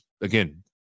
again